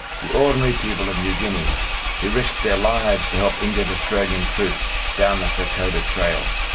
the ordinary people of new guinea who risked their lives to help injured australian troops down the kokoda trail.